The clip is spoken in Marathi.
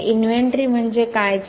तर इन्व्हेंटरी म्हणजे काय